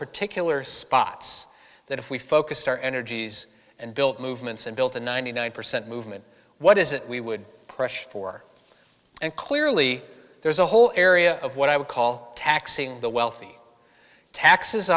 particular spots that if we focused our energies and built movements and built a ninety nine percent movement what is it we would pressure for and clearly there's a whole area of what i would call taxing the wealthy taxes